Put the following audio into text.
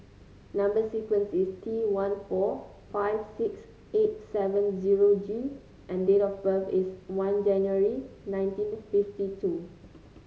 number sequence is T one four five six eight seven zero G and date of birth is one January nineteen fifty two